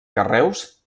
carreus